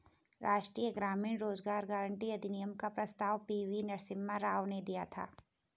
राष्ट्रीय ग्रामीण रोजगार गारंटी अधिनियम का प्रस्ताव पी.वी नरसिम्हा राव ने दिया था